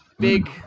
Big